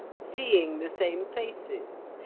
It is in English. seeing the same faces,